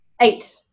eight